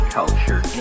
culture